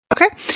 okay